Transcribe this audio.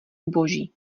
zboží